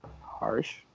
Harsh